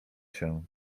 się